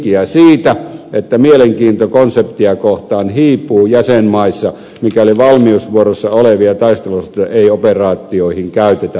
riskiä siitä että mielenkiinto konseptia kohtaan hiipuu jäsenmaissa mikäli valmiusvuorossa olevia taisteluosastoja ei operaatioihin käytetä